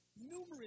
numerous